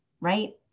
right